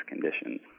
conditions